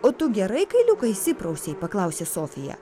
o tu gerai kailiuką išsiprausei paklausė sofija